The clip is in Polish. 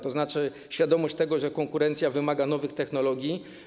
Chodzi o świadomość tego, że konkurencja wymaga nowych technologii.